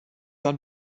dann